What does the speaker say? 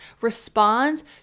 responds